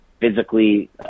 physically